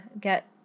get